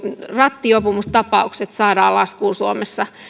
rattijuopumustapaukset saadaan laskuun suomessa